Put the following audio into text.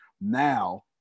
now